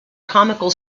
comical